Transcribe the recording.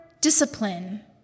discipline